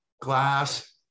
glass